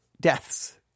deaths